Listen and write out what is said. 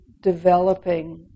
developing